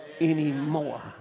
anymore